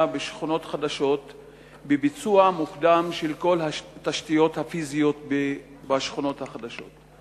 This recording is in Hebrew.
בשכונות חדשות בביצוע מוקדם של כל התשתיות הפיזיות בשכונות החדשות.